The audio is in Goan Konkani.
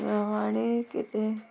आनी कितें